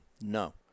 No